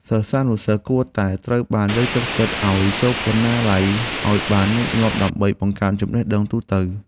សិស្សានុសិស្សគួរតែត្រូវបានលើកទឹកចិត្តឱ្យចូលបណ្ណាល័យឱ្យបានញឹកញាប់ដើម្បីបង្កើនចំណេះដឹងទូទៅរបស់ខ្លួន។